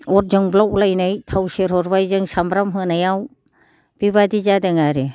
अर जोंब्लावलायनाय थाव सेरहरबाय जों सामब्राम होनायाव बिबादि जादों आरो